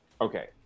Okay